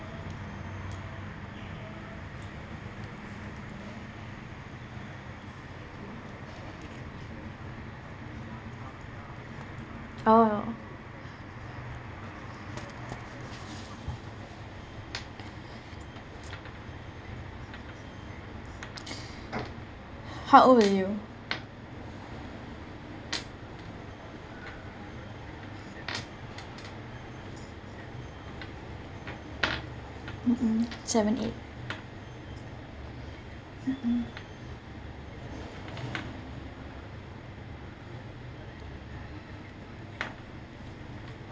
orh how old were you mmhmm seven eight mmhmm